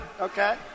okay